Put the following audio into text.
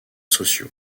sociaux